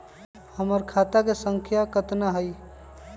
हमर खाता के सांख्या कतना हई?